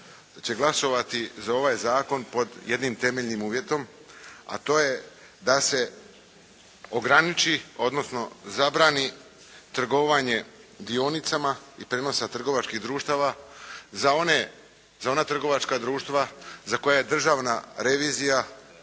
prava glasovati za ovaj Zakon pod jednim temeljnim uvjetom a to je da se ograniči, odnosno zabrani trgovanje dionicama i prijenosa trgovačkih društava za ona trgovačka društva za koja je državna revizija